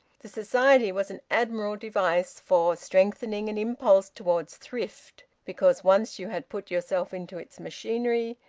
the society was an admirable device for strengthening an impulse towards thrift, because, once you had put yourself into its machinery,